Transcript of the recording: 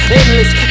endless